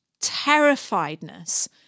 terrifiedness